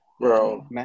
Bro